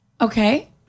Okay